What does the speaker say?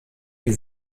die